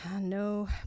no